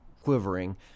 quivering